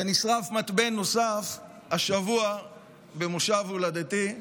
ונשרף מתבן נוסף השבוע במושב הולדתי,